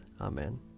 Amen